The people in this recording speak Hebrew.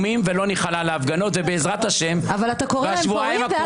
(קריאות) -- למרות הכול --- של קרעי?